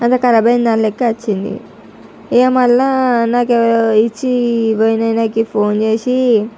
అది కరాబ్ అయిన దాని లెక్క వచ్చింది ఇక మరల నాకు ఇచ్చి పోయిన ఆయనకి ఫోన్ చేసి